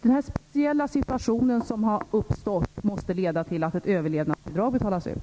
Den speciella situation som har uppstått måste leda till att överlevnadsbidrag betalas ut.